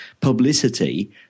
publicity